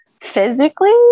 physically